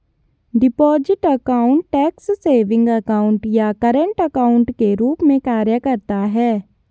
deposit account tax savings account या current account के रूप में कार्य करता है